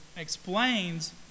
explains